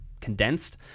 condensed